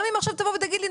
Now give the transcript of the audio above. גם אם עכשיו תבוא ותגיד לי,